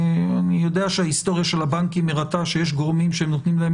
אני יודע שההיסטוריה של הבנקים הראתה שיש גורמים שנותנים להם